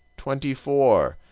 twenty four.